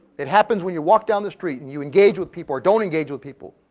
it happens when you walk down the street, and you engage with people or don't engage with people,